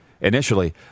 initially